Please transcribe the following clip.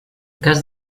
cas